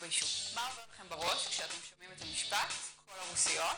ודאי שאנחנו עוסקים בו יום-יום.